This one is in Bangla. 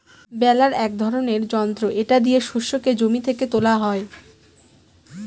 বেলার এক ধরনের যন্ত্র এটা দিয়ে শস্যকে জমি থেকে তোলা হয়